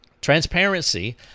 Transparency